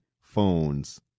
phones